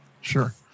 Sure